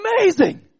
amazing